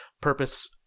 purpose